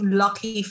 lucky